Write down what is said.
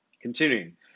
Continuing